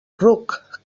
ruc